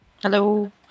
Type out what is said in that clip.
Hello